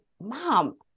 Mom